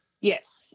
Yes